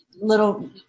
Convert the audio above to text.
little